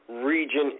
region